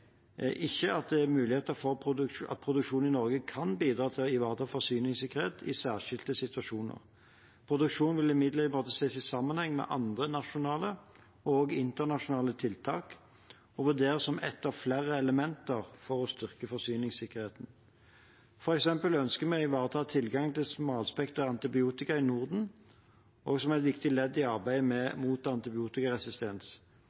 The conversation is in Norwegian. ikke at det er muligheter for at produksjon i Norge kan bidra til å ivareta forsyningssikkerhet i særskilte situasjoner. Produksjonen vil imidlertid måtte ses i sammenheng med andre nasjonale og internasjonale tiltak og vurderes som ett av flere elementer for å styrke forsyningssikkerheten. For eksempel ønsker vi å ivareta tilgangen til smalspektret antibiotika i Norden, også som et viktig ledd i arbeidet